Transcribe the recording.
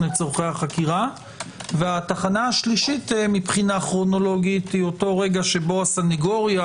לצורכי החקירה והתחנה השלישית כרונולוגית היא אותו רגע שבו הסנגוריה